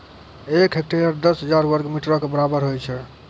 एक हेक्टेयर, दस हजार वर्ग मीटरो के बराबर होय छै